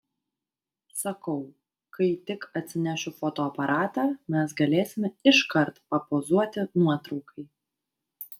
sakau kai tik atsinešiu fotoaparatą mes galėsime iškart papozuoti nuotraukai